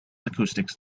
acoustics